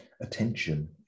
attention